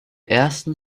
ersten